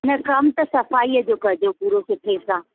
न कमु त सफ़ाईअ जो कजो पूरो सुठे सां